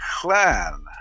clan